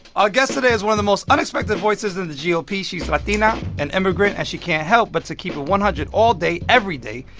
our guest today has one of the most unexpected voices in the gop. she's latino, an immigrant, and she can't help but to keep it one hundred all day, every day,